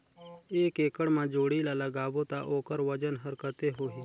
एक एकड़ मा जोणी ला लगाबो ता ओकर वजन हर कते होही?